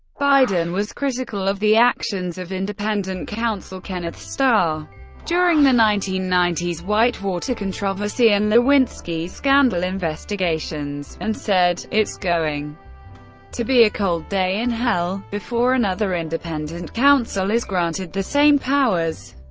biden was critical of the actions of independent counsel kenneth starr during the nineteen ninety s whitewater controversy and lewinsky scandal investigations, and said it's going to be a cold day in hell before another independent counsel is granted the same powers.